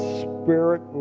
spirit